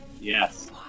Yes